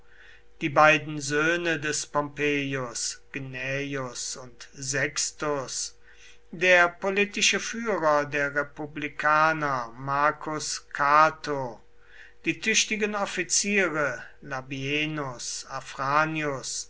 die beiden söhne des pompeius gnaeus und sextus der politische führer der republikaner marcus cato die tüchtigen offiziere labienus